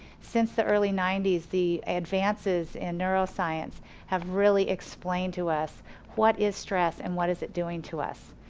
since the early ninety s, the advances in neuro science have really explained to us what is stress and what is it doing to us.